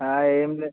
ఏం లే